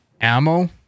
ammo